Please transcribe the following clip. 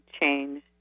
Change